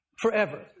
Forever